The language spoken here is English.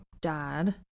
Dad